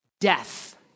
death